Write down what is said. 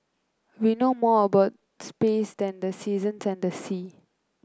we know more about space than the seasons and the sea